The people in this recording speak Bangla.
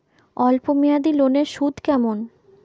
অল্প মেয়াদি লোনের সুদ কেমন?